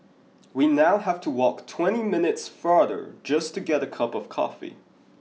we now have to walk twenty minutes farther just to get a cup of coffee